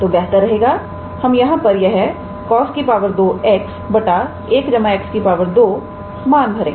तो बेहतर रहेगा हम यहां पर यह 𝑐𝑜𝑠2𝑥 1𝑥 2 मान भरे